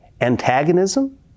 antagonism